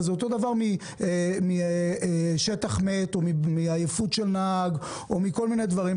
אבל זה אותו דבר לעניין שטח מת או עייפות נהג או כל מיני דברים.